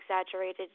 exaggerated